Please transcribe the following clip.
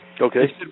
Okay